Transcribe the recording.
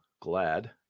glad